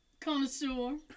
Connoisseur